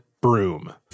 broom